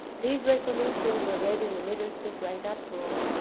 these resolutions were read in the midst of great uproar.